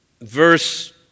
Verse